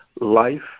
life